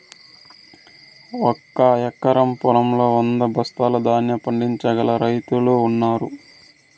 ఒక ఎకరం పొలంలో వంద బస్తాల ధాన్యం పండించగల రైతులు ఉన్నారు